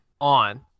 on